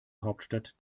hauptstadt